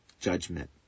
judgment